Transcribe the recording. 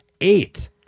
eight